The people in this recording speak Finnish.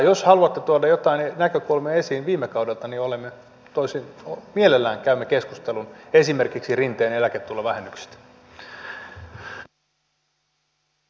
jos haluatte tuoda joitain näkökulmia esiin viime kaudelta niin tosi mielellämme käymme keskustelun esimerkiksi rinteen eläketulovähennyksistä